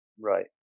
Right